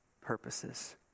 purposes